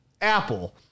Apple